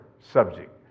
subject